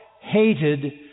hated